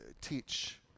teach